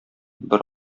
бер